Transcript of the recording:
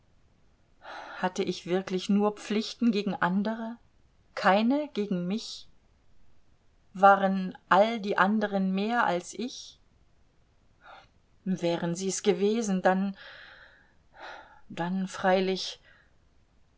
hatte ich wirklich nur pflichten gegen andere keine gegen mich waren all die anderen mehr als ich wären sie's gewesen dann dann freilich